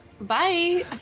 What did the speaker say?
Bye